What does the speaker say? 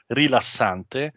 rilassante